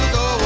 go